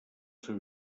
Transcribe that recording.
seu